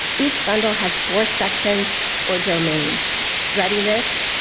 each bundle has four sections or domains readiness,